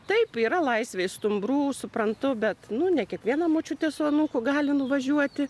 taip yra laisvėj stumbrų suprantu bet nu ne kiekviena močiutė su anūku gali nuvažiuoti